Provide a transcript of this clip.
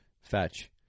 Fetch